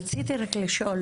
רציתי רק לשאול,